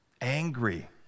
angry